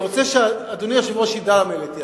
אני רוצה שאדוני היושב-ראש ידע למה העליתי היום.